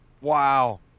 Wow